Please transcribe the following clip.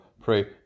pray